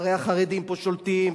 הרי החרדים פה שולטים,